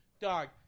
Dog